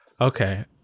Okay